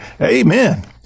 Amen